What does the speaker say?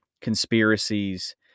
conspiracies